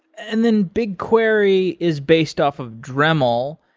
and then bigquery is based off of dremel.